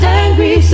angry